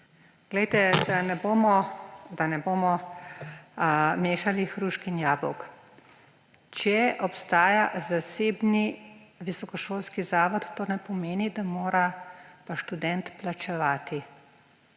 Poglejte, da ne bomo mešali hrušk in jabolk. Če obstaja zasebni visokošolski zavod, to ne pomeni, da mora pa študent plačevati